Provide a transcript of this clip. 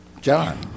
John